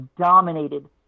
dominated